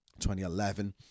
2011